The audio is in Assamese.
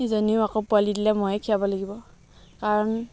ইজনীও আকৌ পোৱালি দিলে ময়ে খীৰাব লাগিব কাৰণ